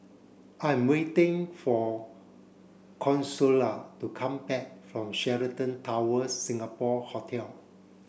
I'm waiting for Consuela to come back from Sheraton Towers Singapore Hotel